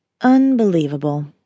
Unbelievable